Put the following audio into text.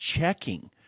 checking